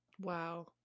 Wow